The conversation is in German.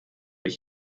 ich